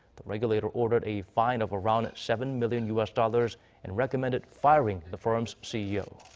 the regulator ordered a fine of around seven-million u s. dollars and recommended firing the firm's ceo.